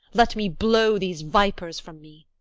let me blow these vipers from me.